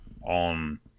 on